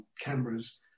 cameras